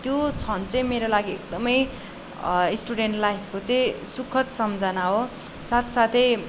त्यो क्षण चाहिँ मेरो लागि एकदमै स्टुडेन्ट लाइफको चाहिँ सुखद सम्झना हो साथ साथै